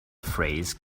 phrase